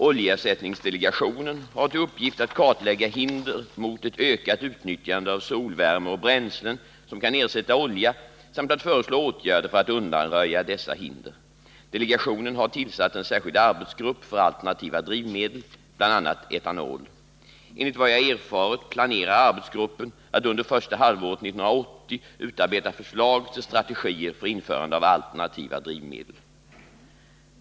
Oljeersättningsdelegationen har till uppgift att kartlägga hinder mot ett ökat utnyttjande av solvärme och bränslen som kan ersätta olja samt att föreslå åtgärder för att undanröja dessa hinder. Delegationen har tillsatt en särskild arbetsgrupp för alternativa drivmedel, bl.a. etanol. Enligt vad jag har erfarit planerar arbetsgruppen att under första halvåret 1980 utarbeta förslag till strategier för införande av alternativa drivmedel.